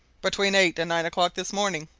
between eight and nine o'clock this morning,